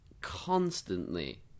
constantly